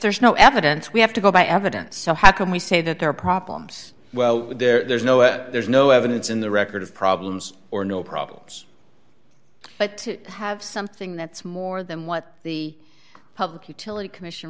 there's no evidence we have to go by evidence so how can we say that there are problems well there's no there's no evidence in the record of problems or no problems but to have something that's more than what the public utility commission